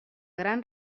gran